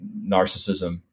narcissism